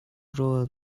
rawl